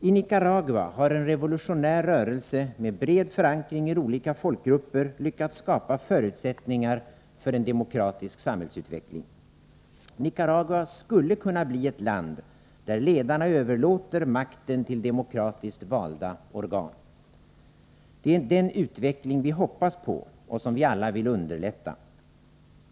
I Nicaragua har en revolutionär rörelse med bred förankring i olika folkgrupper lyckats skapa förutsättningar för en demokratisk samhällsut veckling. Nicaragua skulle kunna bli ett land, där ledarna överlåter makten till demokratiskt valda organ. Det är den utveckling vi hoppas på och som vi alla vill underlätta.